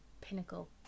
pinnacle